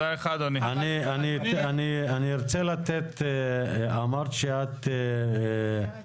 אני ארצה לתת את רשות הדיבור לדיירת